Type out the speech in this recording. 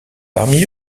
parmi